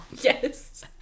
Yes